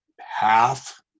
half